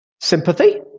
sympathy